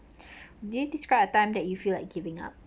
de~ described a time that you feel like giving up